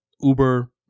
Uber